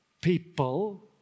people